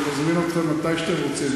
אני מזמין אתכם מתי שאתם רוצים,